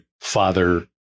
father